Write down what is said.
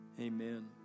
Amen